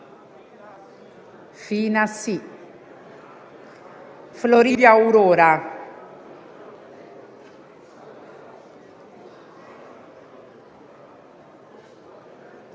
Fina, Floridia Aurora,